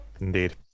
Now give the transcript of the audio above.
indeed